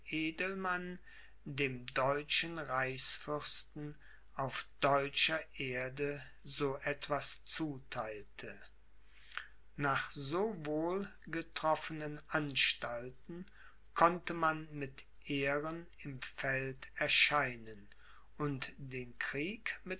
dem deutschen reichsfürsten auf deutscher erde so etwas zutheilte nach so wohl getroffenen anstalten konnte man mit ehren im feld erscheinen und den krieg